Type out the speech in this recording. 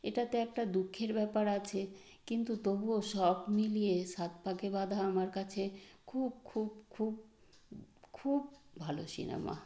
এটাতে একটা দুঃখের ব্যাপার আছে কিন্তু তবুও সব মিলিয়ে সাত পাকে বাঁধা আমার কাছে খুব খুব খুব খুব ভালো সিনেমা